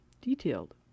detailed